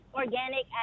organic